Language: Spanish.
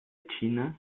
china